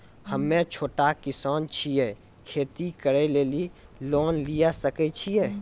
हम्मे छोटा किसान छियै, खेती करे लेली लोन लिये सकय छियै?